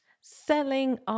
selling